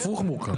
הפוך ממורכב.